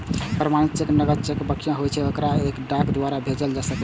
प्रमाणित चेक नकद जकां बढ़िया होइ छै आ एकरा डाक द्वारा भेजल जा सकै छै